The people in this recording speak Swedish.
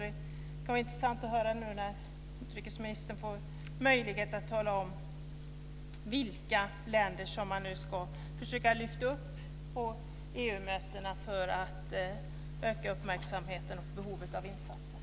Det kan vara intressant att höra om detta nu när utrikesministern får möjlighet att tala om vilka länder man ska försöka lyfta upp på EU-mötena för att öka uppmärksamheten på behovet av insatser.